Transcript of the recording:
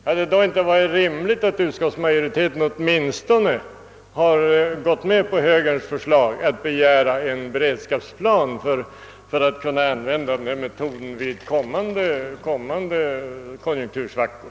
Hade det då inte varit rimligt att utskottsmajoriteten åtminstone hade gått med på högerns förslag att begära en beredskapsplan att användas vid kommande konjunktursvackor.